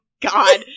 God